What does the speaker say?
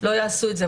לא יעשו את זה,